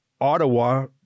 Ottawa